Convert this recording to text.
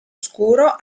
scuro